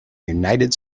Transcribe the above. united